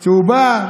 צהובה.